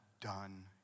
done